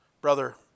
Brother